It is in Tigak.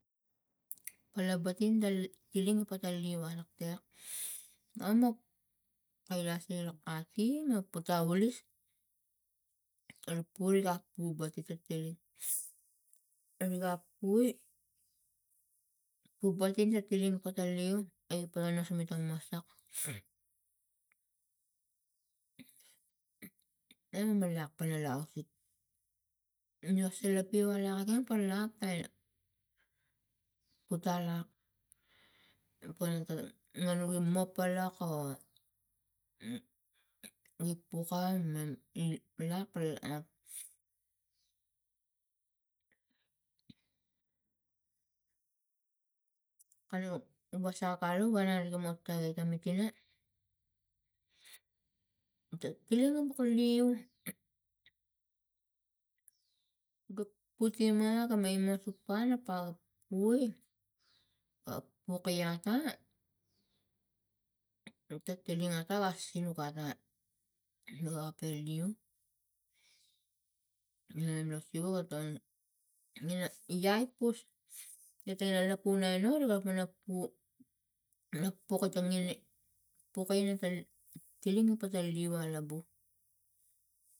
Pala bating ta iling pata leu ataktek mama e la sia lo kati mu putu agulis erik pou a poubati ta tiling riga poi poubati ta tiling pota leu i panga suvi tanging masat e me lak pana la ausik nu la sai lo lakoken po lak e potalak pona ta na nugi mop pana o nugi puka mam i lak o lak kano wasang alu wana gara taiwai ta butina ta tiling ebuk leu ga put ima ga maimosapa na papoi poke ia ta ga tiling ata ga sinuk ara niga pe leu nong la siva niga tongi ina iai pus katongin ma iai pus ka toling la kunai lava ri kalapang inapu pukatonge paka ina pan tiling pata leu alabu.